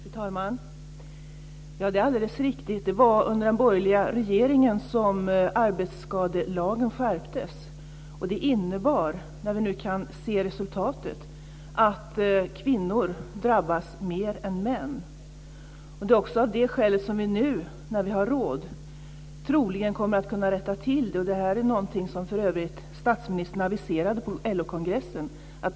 Fru talman! Det är alldeles riktigt, det var under den borgerliga regeringen som arbetsskadelagen skärptes. Det innebar, när vi nu kan se resultatet, att kvinnor drabbas mer än män. Det är också av det skälet som vi nu, när vi har råd, troligen kommer att kunna rätta till det. Det här är för övrigt något som statsministern aviserade på LO-kongressen.